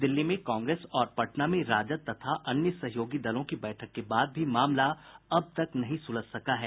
दिल्ली में कांग्रेस और पटना में राजद तथा अन्य सहयोगी दलों की बैठक के बाद भी मामला अब तक नहीं सुलझ सका है